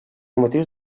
motius